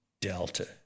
delta